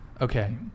Okay